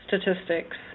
statistics